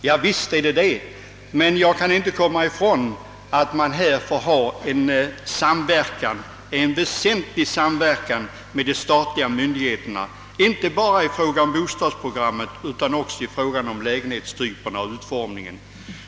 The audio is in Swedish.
Ja, men man kan inte komma ifrån att det också måste ske en väsentlig samverkan med de statliga myndigheterna inte bara i fråga om bostadsprogrammet som sådant, utan även då det gäller lägenhetstyperna och utformningen.